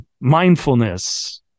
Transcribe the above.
mindfulness